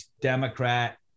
Democrat